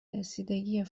رسیدگی